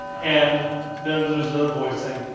and then there's another voice saying,